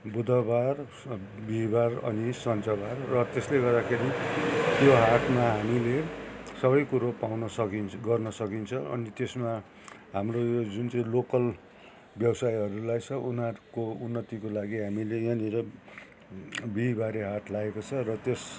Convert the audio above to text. बुधवार श बिहिवार अनि शनिवार र त्यसले गर्दा खेरि त्यो हाटमा हामीले सबैकुरो पाउन सकिन्छ गर्न सकिन्छ अनि त्यसमा हाम्रो यो जुन चाहिँ लोकल व्यवसायहरूलाई यसो उनीहरूको उन्नतिको लागि हामीले यहाँनिर बिहिवारे हाट लागेको छ र त्यस